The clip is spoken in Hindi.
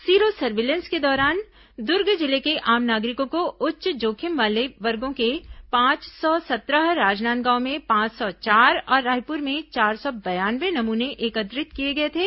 सीरो सर्विलेंस के दौरान दुर्ग जिले के आम नागरिकों को उच्च जोखिम वाले वर्गो के पांच सौ सत्रह राजनांदगांव में पांच सौ चार और रायपुर में चार सौ बयानवे नमूने एकत्र किए गए थे